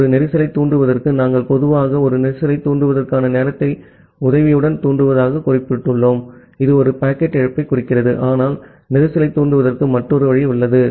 ஆகவே ஒரு கஞ்சேஸ்ன் தூண்டுவதற்கு நாங்கள் பொதுவாக ஒரு கஞ்சேஸ்ன் தூண்டுவதற்கான நேரத்தை உதவியுடன் தூண்டுவதாகக் குறிப்பிட்டுள்ளோம் இது ஒரு பாக்கெட் இழப்பைக் குறிக்கிறது ஆனால் கஞ்சேஸ்ன் தூண்டுவதற்கு மற்றொரு வழி உள்ளது